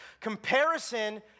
Comparison